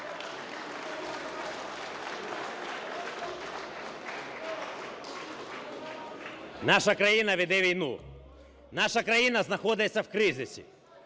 Наша країна веде війну. Наша країна знаходиться в кризі.